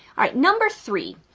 all right, number three.